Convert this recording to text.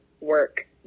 work